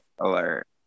alert